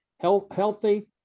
Healthy